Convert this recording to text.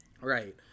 Right